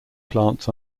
plants